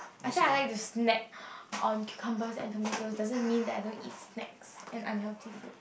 I said I like to snack on cucumbers and tomatoes doesn't mean that I don't eat snack and unhealthy food